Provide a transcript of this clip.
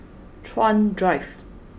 Chuan Drive